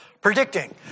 predicting